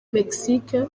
mexique